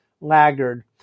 laggard